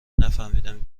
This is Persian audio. نفهمیدم